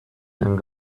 and